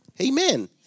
Amen